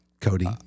Cody